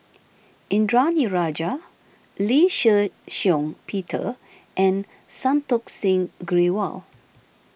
Indranee Rajah Lee Shih Shiong Peter and Santokh Singh Grewal